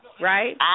Right